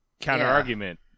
Counter-argument